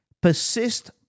Persist